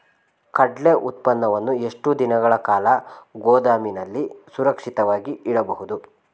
ಕಡ್ಲೆ ಉತ್ಪನ್ನವನ್ನು ಎಷ್ಟು ದಿನಗಳ ಕಾಲ ಗೋದಾಮಿನಲ್ಲಿ ಸುರಕ್ಷಿತವಾಗಿ ಇಡಬಹುದು?